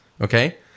Okay